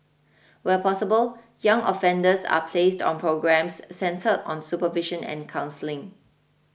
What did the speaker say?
where possible young offenders are placed on programmes centred on supervision and counselling